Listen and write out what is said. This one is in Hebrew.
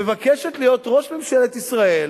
שמבקשת להיות ראש ממשלת ישראל,